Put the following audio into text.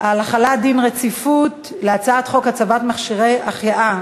החלת דין רציפות על הצעת חוק הצבת מכשירי החייאה,